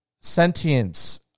sentience